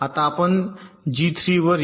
आता आपण जी 3 वर येऊ